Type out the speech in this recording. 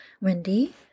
wendy